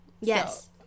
Yes